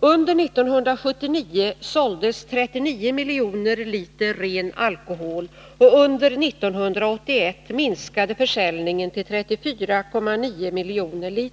Under 1979 såldes 39 miljoner liter ren alkohol, och under 1981 minskade försäljningen till 34,9 miljoner